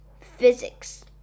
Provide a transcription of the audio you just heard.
Physics